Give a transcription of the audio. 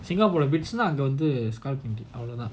singapore lah beats அங்கவந்து:anka vadhu skull candy